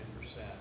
percent